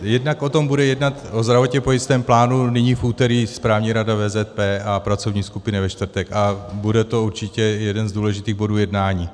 Jednak o tom bude jednat, o zdravotně pojistném plánu, nyní v úterý správní rada VZP a pracovní skupiny ve čtvrtek a bude to určitě jeden z důležitých bodů jednání.